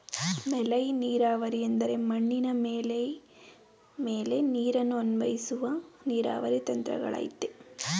ಮೇಲ್ಮೈ ನೀರಾವರಿ ಎಂದರೆ ಮಣ್ಣಿನ ಮೇಲ್ಮೈ ಮೇಲೆ ನೀರನ್ನು ಅನ್ವಯಿಸುವ ನೀರಾವರಿ ತಂತ್ರಗಳಗಯ್ತೆ